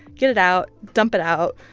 get it out. dump it out.